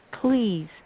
Please